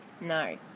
no